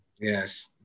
yes